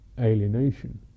alienation